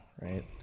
Right